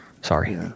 Sorry